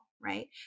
Right